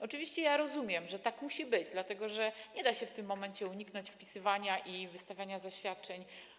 Oczywiście rozumiem, że tak musi być, dlatego że nie da się w tym momencie uniknąć wpisywania i wystawiania zaświadczeń.